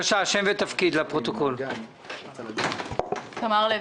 חשוב לציין שאם המבוטח-הלקוח ביטח גם את המבנה וגם את התכולה